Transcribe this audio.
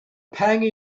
pang